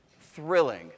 thrilling